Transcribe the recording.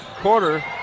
quarter